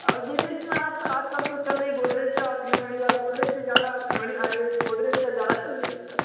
और जैसे इसमें और तो आजकल तो चल रही है गोदरेज का और त्रिवेड़ी वाला गोदरेज से ज़्यादा त्रिवेड़ी यह गोदरेज क्या ज़्यादा चल रही है सर